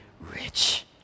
rich